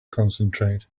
concentrate